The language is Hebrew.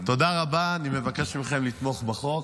תודה רבה, אני מבקש מכם לתמוך בחוק.